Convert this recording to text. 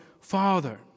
Father